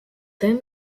then